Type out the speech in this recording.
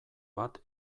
bat